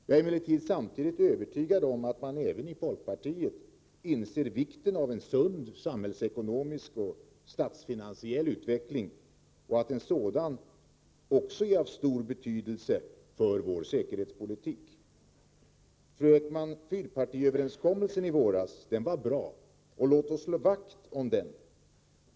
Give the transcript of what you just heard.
Jag är emellertid samtidigt övertygad om att man även inom folkpartiet inser vikten av en sund samhällsekonomi och statsfinansiell utveckling och att en sådan också är av stor betydelse för vår säkerhetspolitik. Fyrpartiöverenskommelsen i våras var bra. Låt oss slå vakt om den.